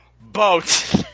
boat